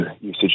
usage